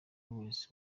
wese